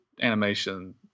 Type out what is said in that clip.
Animation